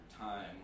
time